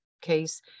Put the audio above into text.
case